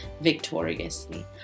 victoriously